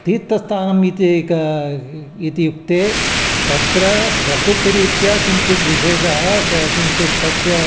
तीर्थस्थानम् इत्यैकम् इत्युक्ते तत्र प्रकृतिरीत्या किञ्चित् विशेषः क किञ्चित् तस्य